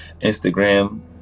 Instagram